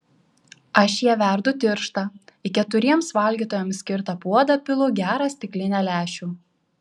aš ją verdu tirštą į keturiems valgytojams skirtą puodą pilu gerą stiklinę lęšių